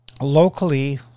locally